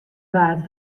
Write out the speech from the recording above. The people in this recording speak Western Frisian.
waard